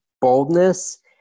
boldness